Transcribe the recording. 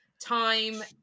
time